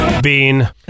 Bean